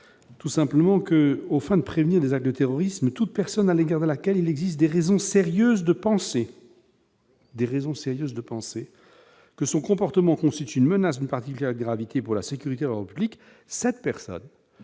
tout simplement qu'aux fins de prévenir des actes de terrorisme, toute personne à l'égard de laquelle il existe des raisons sérieuses de penser. Des raisons sérieuses de penser que son comportement constitue une menace d'une particulière gravité pour la sécurité dans le public, cette personne